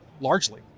largely